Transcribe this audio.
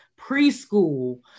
preschool